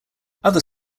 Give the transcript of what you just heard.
other